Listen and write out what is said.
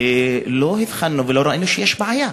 ולא הבחנו ולא ראינו שיש בעיה.